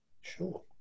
Sure